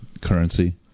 currency